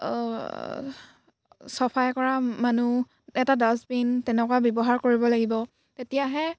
চাফাই কৰা মানুহ এটা ডাষ্টবিন তেনেকুৱা ব্যৱহাৰ কৰিব লাগিব তেতিয়াহে